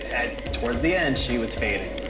at towards the end, she was fading.